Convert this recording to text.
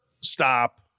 stop